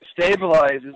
stabilizes